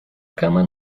cama